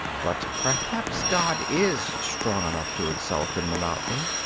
but perhaps god is strong enough to exult in monotony.